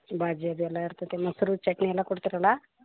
ಬಾಜಿ ಅದು ಎಲ್ಲ ಇರ್ತೈತಿ ಮೊಸ್ರು ಚಟ್ನಿ ಎಲ್ಲ ಕೊಡ್ತೀರಲ್ವ